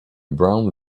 brown